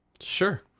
Sure